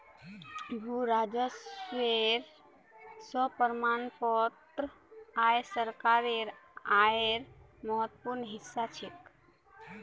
भू राजस्व स प्राप्त आय सरकारेर आयेर महत्वपूर्ण हिस्सा छेक